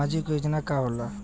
सामाजिक योजना का होला?